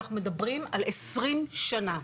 אנחנו מדברים על 20 שנה,